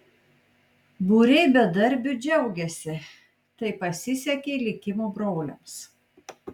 būriai bedarbių džiaugiasi tai pasisekė likimo broliams